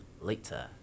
later